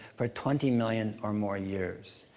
for twenty million or more years.